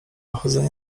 chodzenie